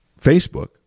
Facebook